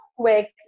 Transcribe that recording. Quick